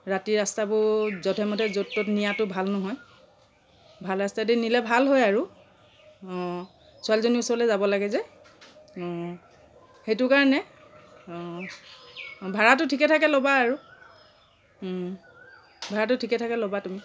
ৰাতি ৰাস্তাবোৰ যধে মধে য'ত ত'ত নিয়াতো ভাল নহয় ভাল ৰাস্তাইদি নিলে ভাল হয় আৰু অ' ছোৱালীজনীৰ ওচৰলৈ যাব লাগে যে অ' সেইটো কাৰণে ভাড়াটো ঠিকে ঠাকে ল'বা আৰু ভাড়াটো ঠিকে ঠাকে ল'বা তুমি